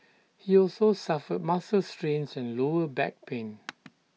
he also suffered muscle strains and lower back pain